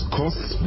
costs